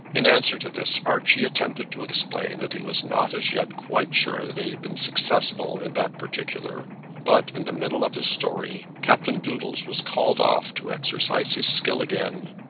in answer to this archie attempted to explain that he was not as yet quite sure that he had been successful in that particular but in the middle of his story captain doodles was called off to exercise his skill again,